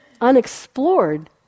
unexplored